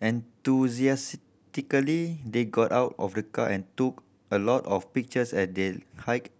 enthusiastically they got out of the car and took a lot of pictures as they hiked